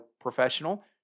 professional